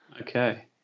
Okay